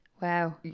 Wow